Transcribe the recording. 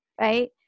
Right